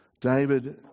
David